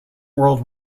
world